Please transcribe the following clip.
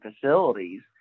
facilities